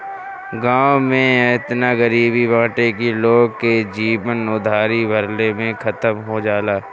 गांव में एतना गरीबी बाटे की लोग के जीवन उधारी भरले में खतम हो जाला